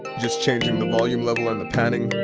just changing the volume level and the panning.